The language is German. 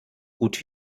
gut